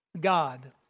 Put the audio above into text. God